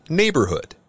neighborhood